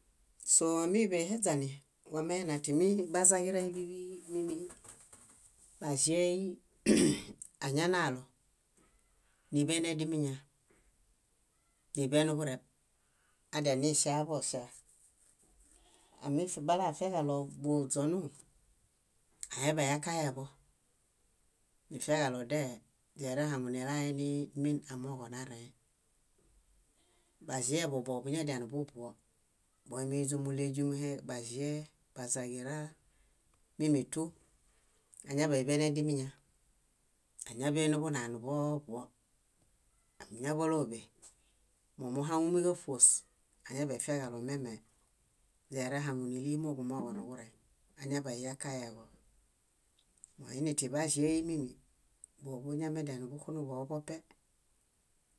. Sóamiḃeheźani, wameina timibazaġirai bíḃi, baĵiei, añanalo, níḃe nedimiña, níḃe niḃureb adianiŝaḃoŝaa. Ami- balaafiaġaɭobuźonu, aeḃayakaeġo. Nifiaġaɭo deeźerehaŋunilaenimin amooġo narẽe, baĵieḃo bóo buñadianuḃuḃuo, moźumuimiilegumue baĵie, bazaġira, mímitu. Áñaḃaiḃe nedimiña, áñaḃenuḃunaa nuḃooḃuo. Áñaḃoloḃe, mómuhaŋumiġaṗuos, añaḃanifiaġaɭo meme źérehaŋunilimoġumooġonuġureŋ. Añaḃaniyakaeġo. Moinitiḃaĵiei mími, boḃuñamedianiḃuxuniḃooḃope,